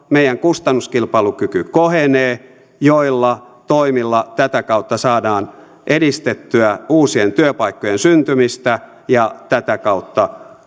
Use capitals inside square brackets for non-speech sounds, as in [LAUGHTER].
meidän kustannuskilpailukyky kohenee joilla toimilla tätä kautta saadaan edistettyä uusien työpaikkojen syntymistä ja tätä kautta [UNINTELLIGIBLE]